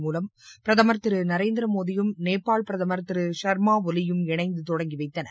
மூலம் பிரதமர் திரு நரேந்திரமோடியும் நேபாள் பிரதமர் திரு சர்மா ஒலியும் இணைந்து தொடங்கி வைத்தனர்